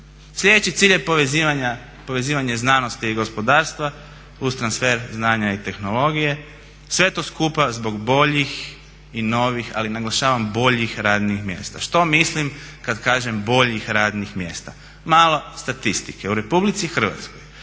Sljedeći cilj je povezivanje znanosti i gospodarstva uz transfer znanja i tehnologije, sve to skupa zbog boljih i novih, ali naglašavam boljih radnih mjesta. Što mislim kada kažem boljih radnih mjesta? Malo statistike, u RH osobe